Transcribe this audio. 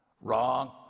Wrong